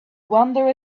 wander